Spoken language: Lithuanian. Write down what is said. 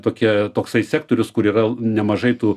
tokia toksai sektorius kur yra nemažai tų